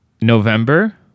November